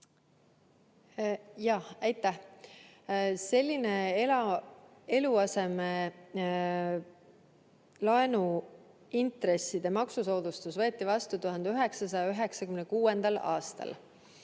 Aitäh! Selline eluasemelaenu intresside maksusoodustus võeti vastu 1996. aastal.